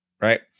right